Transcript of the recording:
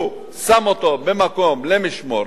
הוא שם אותו במקום למשמורת,